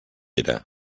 era